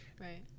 right